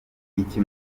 iki